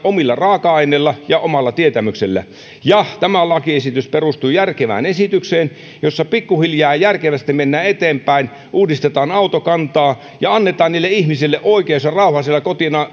omilla raaka aineilla ja omalla tietämyksellä tämä lakiesitys perustuu järkevään esitykseen jossa pikkuhiljaa järkevästi mennään eteenpäin uudistetaan autokantaa ja annetaan ihmisille oikeus ja rauha siellä